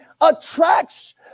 attracts